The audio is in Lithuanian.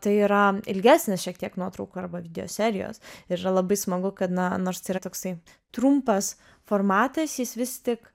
tai yra ilgesnės šiek tiek nuotraukų arba video serijos ir yra labai smagu kad na nors tai yra toksai trumpas formatas jis vis tik